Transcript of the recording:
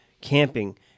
camping